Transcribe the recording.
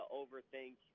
overthink